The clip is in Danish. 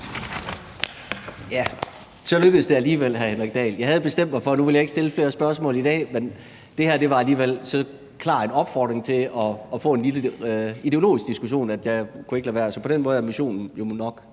Så lykkedes det alligevel, hr. Henrik Dahl. Jeg havde bestemt mig for, at nu ville jeg ikke stille flere spørgsmål i dag, men det her var alligevel så klar en opfordring til at få en lille ideologisk diskussion, at jeg ikke kunne lade være. Så på den måde er missionen jo nok